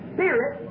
Spirit